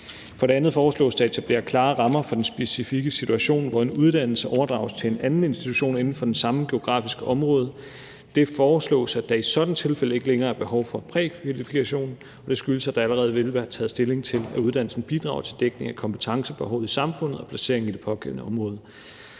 For det andet foreslås det at etablere klare rammer for den specifikke situation, hvor en uddannelse overdrages til en anden institution inden for det samme geografiske område, og det foreslås, at der i sådanne tilfælde ikke længere er behov for prækvalifikation. Det skyldes, at der allerede vil være taget stilling til, at uddannelsen bidrager til dækning af kompetencebehovet i samfundet og placeringen i det pågældende område.